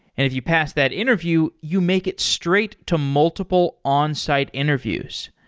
if you pass that interview, you make it straight to multiple onsite interviews.